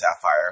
Sapphire